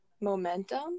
Momentum